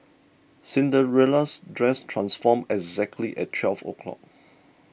Cinderella's dress transformed exactly at twelve o' clock